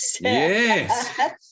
Yes